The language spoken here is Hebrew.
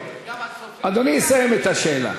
גם הצופים צריכים להבין.